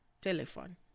Telephone